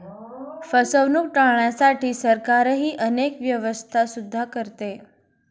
फसवणूक टाळण्यासाठी सरकारही अनेक व्यवस्था सुद्धा करते